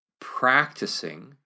practicing